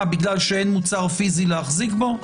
מה, בגלל שאין מוצר פיסי להחזיק בו?